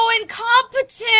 incompetent